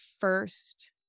first